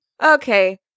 Okay